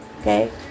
Okay